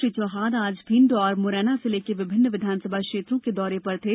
श्री चौहान आज मुरैना जिले के विभिन्न विधानसभा क्षेत्रों के दौरे पर थे